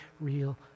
real